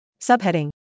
Subheading